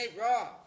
Raw